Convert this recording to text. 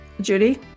Judy